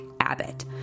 Abbott